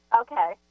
okay